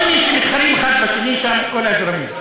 כל מי שנלחמים אחד בשני שם, כל הזרמים.